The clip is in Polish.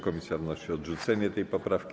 Komisja wnosi o odrzucenie tej poprawki.